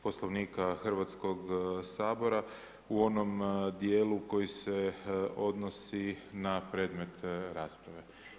Poslovnika Hrvatskog sabora u onom djelu koji se odnosi na predmet rasprave.